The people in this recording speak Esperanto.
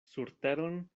surteron